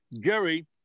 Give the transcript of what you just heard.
Gary